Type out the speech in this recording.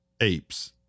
apes